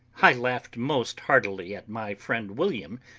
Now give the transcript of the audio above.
i laughed most heartily at my friend william,